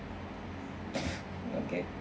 okay